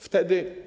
Wtedy.